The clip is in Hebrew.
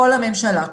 כל הממשלה,